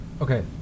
Okay